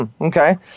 Okay